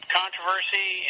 controversy